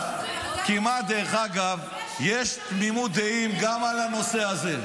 דרך אגב, יש כמעט תמימות דעים גם על הנושא הזה.